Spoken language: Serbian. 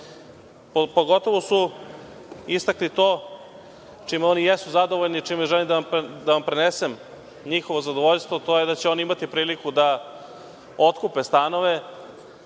pogotovo su istakli to, čime oni jesu zadovoljni, i želim da vam prenesem njihovo zadovoljstvo, a to je da će oni imati priliku da otkupe stanove